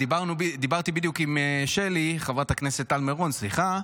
דיברתי בדיוק עם שלי, חברת הכנסת טל מירון, סליחה.